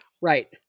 Right